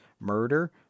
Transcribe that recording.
murder